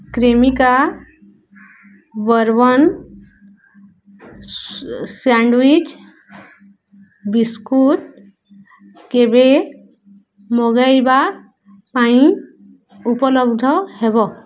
Cremica bourbon sandwich biscuit କେବେ ମଗାଇବା ପାଇଁ ଉପଲବ୍ଧ ହେବ